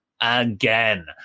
again